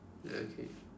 okay